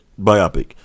biopic